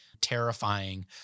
terrifying